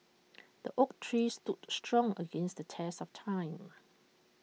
the oak tree stood strong against the test of time